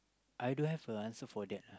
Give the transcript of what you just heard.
I don't have a answer for that lah